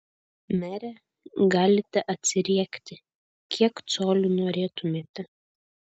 mere galite atsiriekti kiek colių norėtumėte